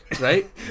right